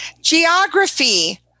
Geography